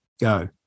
Go